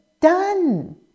done